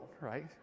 right